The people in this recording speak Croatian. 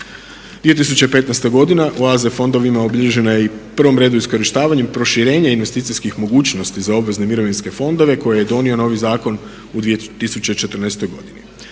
2015. godina u AZ fondovima obilježena je i u prvom redu iskorištavanjem, proširenje investicijskih mogućnosti za obvezne mirovinske fondove koje je donio novi zakon u 2014.godini.